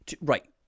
right